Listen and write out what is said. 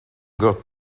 got